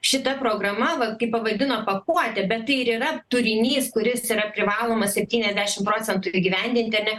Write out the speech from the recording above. šita programa va kaip pavadino pakuotė bet tai ir yra turinys kuris yra privalomas septyniasdešim procentų įgyvendinti ar ne